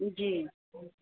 जी